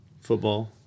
Football